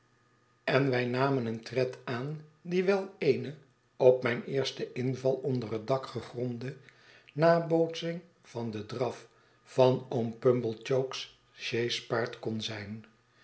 en wij namen een tred aan die wel eene op mijn eersten inval onder dat dak gegronde nabootsing van den draf van oom pumblechook's sjees paard kon zijn